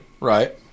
Right